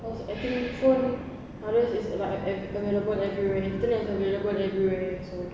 cause I think phone are just available everywhere internet is available everywhere so